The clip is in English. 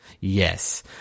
Yes